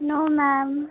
no ma'am